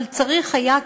אבל צריך היה,